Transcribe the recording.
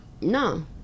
No